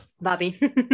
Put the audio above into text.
Bobby